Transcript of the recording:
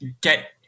get